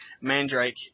Mandrake